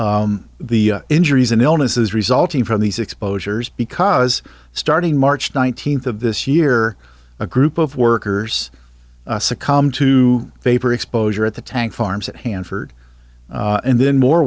the injuries and illnesses resulting from these exposures because starting march nineteenth of this year a group of workers succumb to vapor exposure at the tank farms at hanford and then more